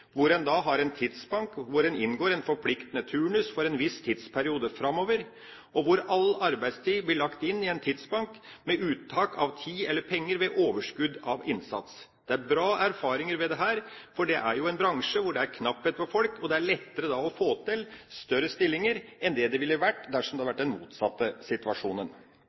har en en tidsbank, hvor en inngår en forpliktende turnus for en viss tidsperiode framover, og all arbeidstid blir lagt inn i tidsbanken med uttak av tid eller penger ved overskudd av innsats. Det er bra erfaringer ved dette, for her er det snakk om en bransje hvor det er knapphet på folk, og det er da lettere å få til større stillinger enn det ville vært dersom situasjonen hadde vært den motsatte.